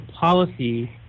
policy